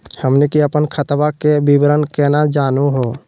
हमनी के अपन खतवा के विवरण केना जानहु हो?